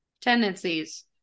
tendencies